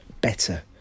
better